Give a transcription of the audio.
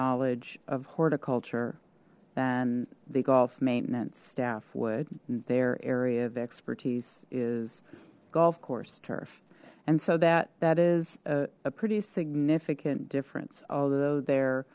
knowledge of horticulture than the golf maintenance staff would their area of expertise is golf course turf and so that that is a pretty significant difference although the